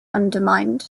undetermined